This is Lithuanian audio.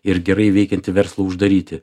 ir gerai veikiantį verslą uždaryti